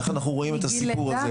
איך אנחנו רואים את הסיפור הזה,